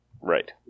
Right